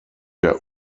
der